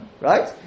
Right